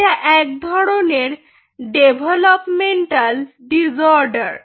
এটা এক ধরনের ডেভেলপমেন্টাল ডিসঅর্ডার